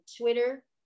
Twitter